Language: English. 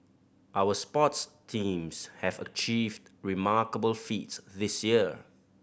our sports teams have achieved remarkable feats this year